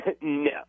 No